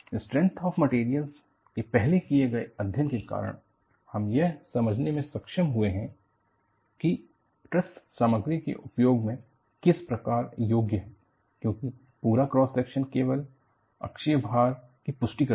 strength of material के पहले किए गए अध्ययन के कारण हम यह समझने में सक्षम हुए हैं कि ट्रस सामग्री के उपयोग में किस प्रकार योग्य है क्योंकि पूरा क्रॉस -सेक्शन केवल अक्षिय भार की पुष्टि करता है